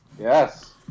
Yes